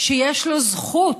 שיש לו זכות,